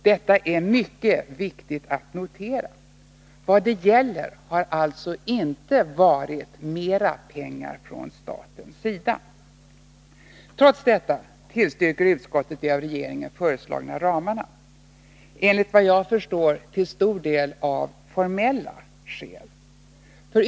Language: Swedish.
Detta är mycket viktigt att notera. Vad det gäller har alltså inte varit mera pengar från statens sida. Trots detta tillstyrker utskottet de av regeringen föreslagna ramarna, enligt vad jag förstår till stor del av formella skäl.